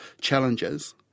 challenges